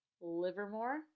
Livermore